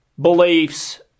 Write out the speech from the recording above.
beliefs